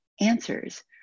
answers